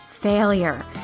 failure